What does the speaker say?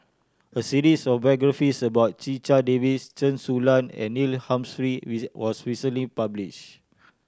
a series of biographies about Checha Davies Chen Su Lan and Neil Humphreys was recently published